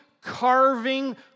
carving